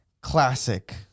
Classic